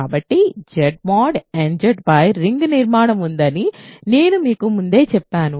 కాబట్టి Z n Z పై ring నిర్మాణం ఉందని నేను మీకు ముందే చెప్పాను